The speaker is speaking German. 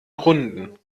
runden